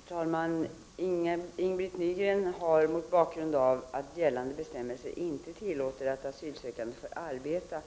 Herr talman! Ing-Britt Nygren har mot bakgrund av att gällande bestämmelser inte tillåter att asylsökande får arbeta,